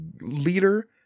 leader